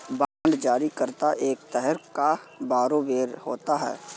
bond जारी करता एक तरह का बारोवेर होता है